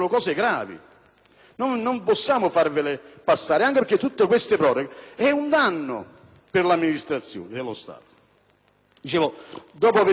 non possiamo farveli passare, anche perché tutte queste proroghe sono un danno per l'amministrazione dello Stato.